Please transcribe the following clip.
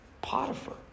Potiphar